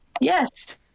Yes